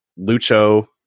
Lucho